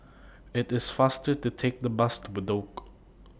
IT IS faster to Take The Bus to Bedok